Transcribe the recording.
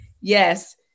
Yes